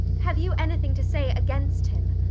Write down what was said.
have you anything to say against him?